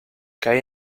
caí